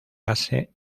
base